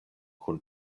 kun